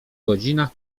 godzinach